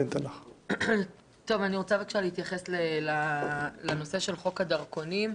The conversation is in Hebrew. אני רוצה להתייחס לנושא של חוק הדרכונים.